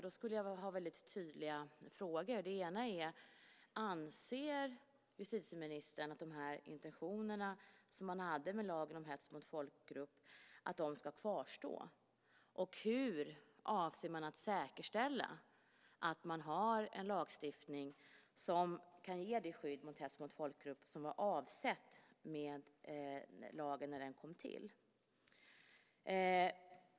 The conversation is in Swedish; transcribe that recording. Då skulle jag vilja ställa väldigt tydliga frågor. Anser justitieministern att de intentioner som man hade med lagen om hets mot folkgrupp ska kvarstå? Hur avser man att säkerställa att man har en lagstiftning som kan ge det skydd mot hets mot folkgrupp som var avsett med lagen när den kom till?